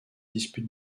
dispute